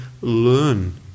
learn